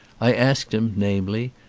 i asked him, namely,